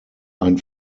ein